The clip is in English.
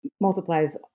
multiplies